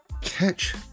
catch